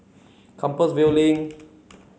Compassvale Link